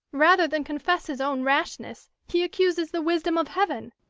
rather than confess his own rashness, he accuses the wisdom of heaven!